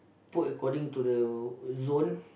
put according to the zone